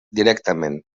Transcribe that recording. directament